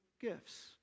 gifts